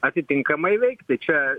atitinkamai veikti čia